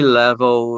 level